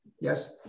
yes